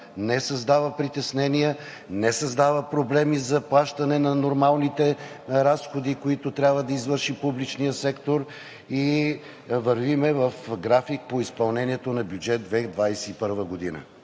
не създава притеснения, не създава проблеми за плащане на нормалните разходи, които трябва да извърши публичният сектор и вървим в график по изпълнението на Бюджет 2021 г.